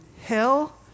hell